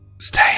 stay